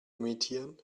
imitieren